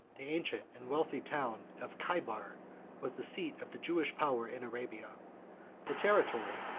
the ancient and wealthy town of chaibar was the seat of the jewish power in arabia the territory,